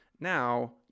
now